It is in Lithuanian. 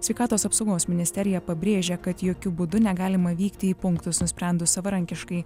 sveikatos apsaugos ministerija pabrėžia kad jokiu būdu negalima vykti į punktus nusprendus savarankiškai